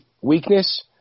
weakness